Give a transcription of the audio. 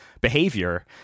behavior